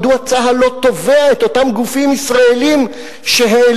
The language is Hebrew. מדוע צה"ל לא תובע את אותם גופים ישראליים שהעלילו